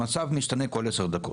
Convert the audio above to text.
המצב משתנה כל 10 דקות,